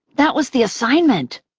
that was the assignment.